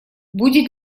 будет